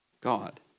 God